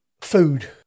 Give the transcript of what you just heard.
food